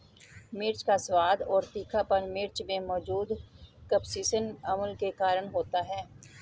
मिर्च का स्वाद और तीखापन मिर्च में मौजूद कप्सिसिन अम्ल के कारण होता है